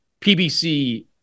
PBC